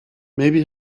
maybe